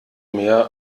mehr